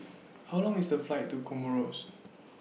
How Long IS The Flight to Comoros